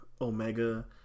Omega